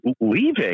leaving